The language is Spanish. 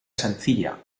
sencilla